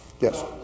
Yes